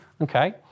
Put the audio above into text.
okay